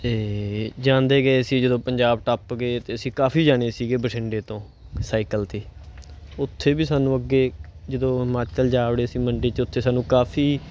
ਅਤੇ ਜਾਂਦੇ ਗਏ ਸੀ ਜਦੋਂ ਪੰਜਾਬ ਟੱਪ ਗਏ ਅਤੇ ਅਸੀਂ ਕਾਫੀ ਜਾਣੇ ਸੀਗੇ ਬਠਿੰਡੇ ਤੋਂ ਸਾਈਕਲ 'ਤੇ ਉੱਥੇ ਵੀ ਸਾਨੂੰ ਅੱਗੇ ਜਦੋਂ ਹਿਮਾਚਲ ਜਾ ਵੜੇ ਸੀ ਮੰਡੀ 'ਚ ਉੱਥੇ ਸਾਨੂੰ ਕਾਫੀ